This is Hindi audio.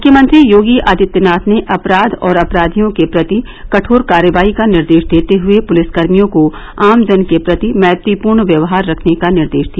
मुख्यमंत्री योगी आदित्यनाथ ने अपराध और अपराधियों के प्रति कठोर कार्यवाही का निर्देश देते हये पुलिसकर्मियों को आम जन के प्रति मैत्रीपूर्ण व्यवहार रखने का निर्देश दिया